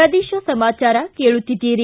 ಪ್ರದೇಶ ಸಮಾಚಾರ ಕೇಳುತ್ತೀದ್ದಿರಿ